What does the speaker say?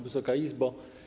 Wysoka Izbo!